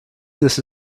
this